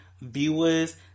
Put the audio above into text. viewers